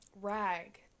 rag